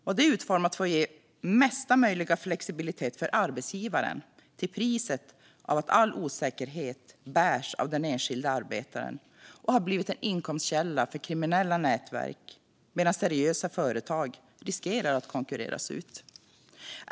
Systemet är utformat för att ge mesta möjliga flexibilitet för arbetsgivaren, till priset av att all osäkerhet bärs av den enskilda arbetaren. Det har blivit en inkomstkälla för kriminella nätverk medan seriösa företag riskerar att konkurreras ut.